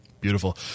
Beautiful